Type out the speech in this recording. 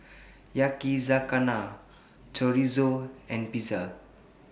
Yakizakana Chorizo and Pizza